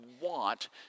want